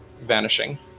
vanishing